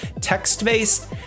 text-based